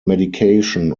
medication